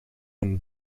een